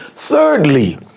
Thirdly